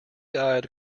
eyed